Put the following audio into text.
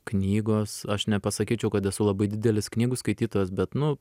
knygos aš nepasakyčiau kad esu labai didelis knygų skaitytojas bet nu